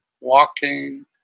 walking